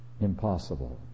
Impossible